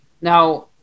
now